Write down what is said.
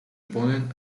ponen